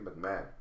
McMahon